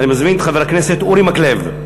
אני מזמין את חבר הכנסת אורי מקלב.